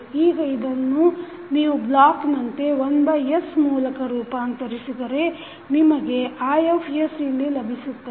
ಈಗ ಇದನ್ನು ನೀವು ಬ್ಲಾಕನಂತೆ 1s ಮೂಲಕ ರೂಪಾಂತರಿಸಿದರೆ ನಿಮಗೆ I ಇಲ್ಲಿ ಲಭಿಸುತ್ತದೆ